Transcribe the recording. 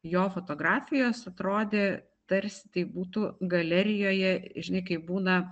jo fotografijos atrodė tarsi tai būtų galerijoje žinai kaip būna